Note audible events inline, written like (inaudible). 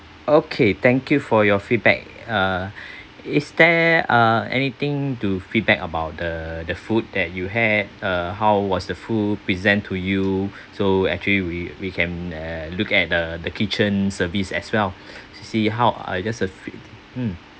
okay thank you for your feedback uh is there uh anything to feedback about the the food that you had uh how was the food present to you so actually we we can uh look at the the kitchen service as well (breath) to see how uh just a f~ mm